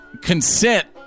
consent